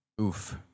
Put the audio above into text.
oof